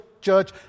church